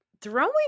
throwing